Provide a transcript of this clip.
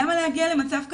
למה להגיע למצב כזה?